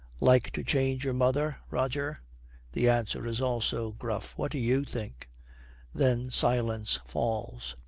like to change your mother, roger the answer is also gruff. what do you think then silence falls.